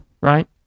right